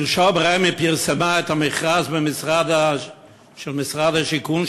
שלשום פרסמה רמ"י את המכרז של משרד השיכון,